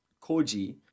koji